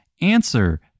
answer